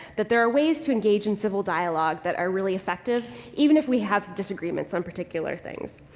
that there are ways to engage in civil dialogue that are really effective even if we have disagreements on particular things.